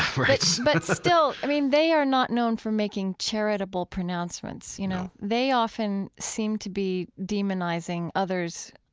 right but still, i mean, they are not known for making charitable pronouncements, you know? they often seem to be demonizing others,